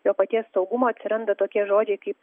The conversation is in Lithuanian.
jo paties saugumo atsiranda tokie žodžiai kaip